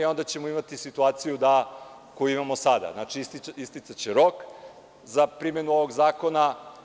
Onda ćemo imati situaciju koju imamo sada, isticaće rok za primenu ovog zakona.